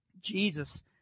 Jesus